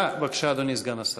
בבקשה, אדוני סגן השר.